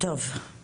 אני